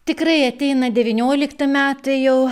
tikrai ateina devyniolikti metai jau